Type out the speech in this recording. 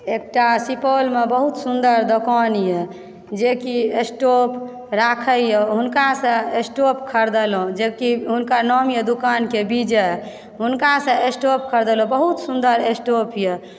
एकटा सुपौलमे बहुत सुन्दर दोकानए जेकि स्टोव राखयए हुनकासँ स्टोव खरीदलहुँ जेकि हुनका नाम यऽ दुकानके विजय हुनकासँ स्टोव खरीदलहुँ बहुत सुन्दर स्टोव यऽ